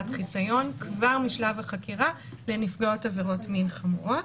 חיסיון כבר משלב החקירה לנפגעות עבירות מין חמורות.